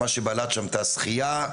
מה שבלט שם שחייה,